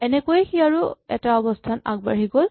এনেকৈয়ে সি আৰু এটা অৱস্হান আগবাঢ়ি গ'ল